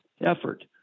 effort